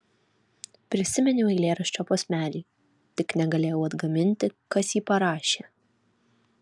prisiminiau eilėraščio posmelį tik negalėjau atgaminti kas jį parašė